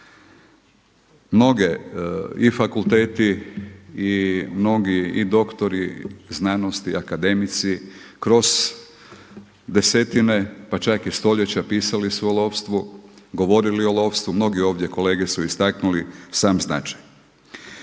Mnoge, i fakulteti i mnogi i doktori znanosti, akademici, kroz desetine, pa čak i stoljeća pisali su o lovstvu, govorili o lovstvu, mnogi ovdje kolege su istaknuli sam značaj.